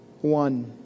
One